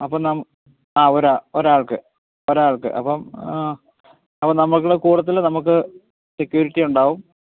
അപ്പോള് ഒരാൾക്ക് ഒരാൾക്ക് അപ്പോള് അപ്പോള് നമ്മള് കൂട്ടത്തില് നമുക്ക് സെക്യൂരിറ്റിയുണ്ടാവും